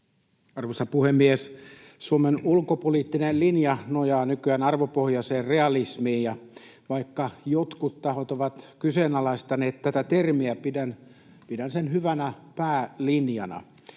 Arvoisa puhemies! Suomen ulkopoliittinen linja nojaa nykyään arvopohjaiseen realismiin, ja vaikka jotkut tahot ovat kyseenalaistaneet tätä termiä, pidän sitä hyvänä päälinjana.